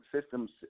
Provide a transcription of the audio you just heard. Systems